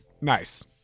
Nice